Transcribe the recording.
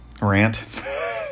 rant